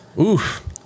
Oof